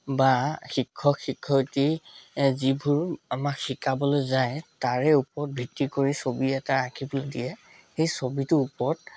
বা শিক্ষক শিক্ষয়িত্ৰী যিবোৰ আমাক শিকাবলৈ যায় তাৰে ওপৰত ভিত্তি কৰি ছবি এটা আঁকিবলৈ দিয়ে সেই ছবিটোৰ ওপৰত